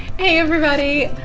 hey everybody,